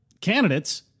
candidates